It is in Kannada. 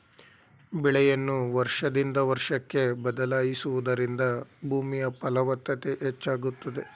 ಬೆಳೆಯನ್ನು ವರ್ಷದಿಂದ ವರ್ಷಕ್ಕೆ ಬದಲಾಯಿಸುವುದರಿಂದ ಭೂಮಿಯ ಫಲವತ್ತತೆ ಹೆಚ್ಚಾಗುತ್ತದೆ